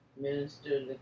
Minister